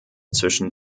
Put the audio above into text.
zwischen